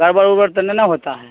گڑبڑ وبڑ تو نہیں نا ہوتا ہے